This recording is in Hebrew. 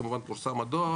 כמובן בה פורסם הדוח,